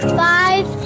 five